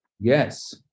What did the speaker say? Yes